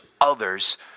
others